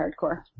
hardcore